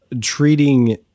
treating